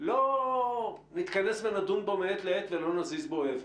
כדי לא נתכנס ונדון בו מעת לעת ולא נזיז בו אבן?